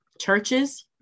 churches